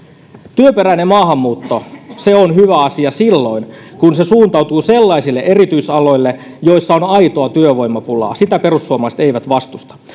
työperäinen maahanmuutto on hyvä asia silloin kun se suuntautuu sellaisille erityisaloille joilla on aitoa työvoimapulaa sitä perussuomalaiset eivät vastusta